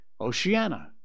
Oceania